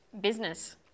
Business